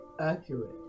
accurate